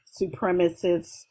supremacist